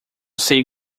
sei